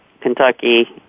Kentucky